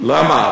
למה?